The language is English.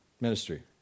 ministry